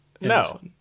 No